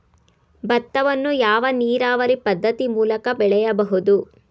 ಭತ್ತವನ್ನು ಯಾವ ನೀರಾವರಿ ಪದ್ಧತಿ ಮೂಲಕ ಬೆಳೆಯಬಹುದು?